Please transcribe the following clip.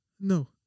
No